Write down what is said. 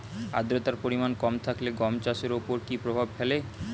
আদ্রতার পরিমাণ কম থাকলে গম চাষের ওপর কী প্রভাব ফেলে?